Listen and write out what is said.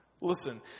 Listen